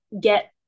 get